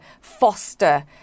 foster